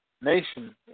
Nation